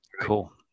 Cool